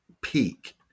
peak